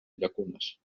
llacunes